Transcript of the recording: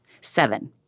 Seven